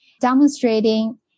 demonstrating